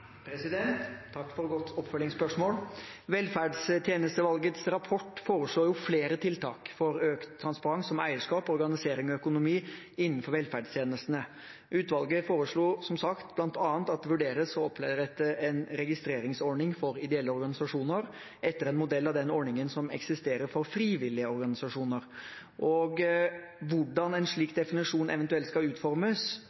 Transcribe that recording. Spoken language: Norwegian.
Takk for godt oppfølgingsspørsmål. Velferdstjenesteutvalgets rapport foreslo flere tiltak for økt transparens, som eierskap, organisering og økonomi innenfor velferdstjenestene. Utvalget foreslo som sagt bl.a. at det vurderes å opprette en registreringsordning for ideelle organisasjoner, etter modell av den ordningen som eksisterer for frivillige organisasjoner. Hvordan en slik